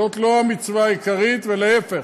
זאת לא המצווה העיקרית, ולהפך,